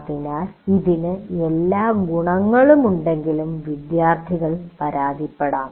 അതിനാൽ ഇതിന് എല്ലാ ഗുണങ്ങളും ഉണ്ടെങ്കിലും വിദ്യാർത്ഥികൾക്ക് പരാതിപ്പെടാം